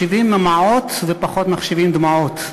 מחשיבים מעות ופחות מחשיבים דמעות,